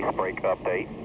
um break update.